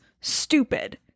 stupid